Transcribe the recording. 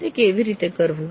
તે કેવી રીતે કરવું